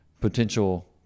potential